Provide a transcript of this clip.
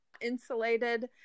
insulated